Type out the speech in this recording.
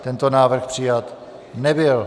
Tento návrh přijat nebyl.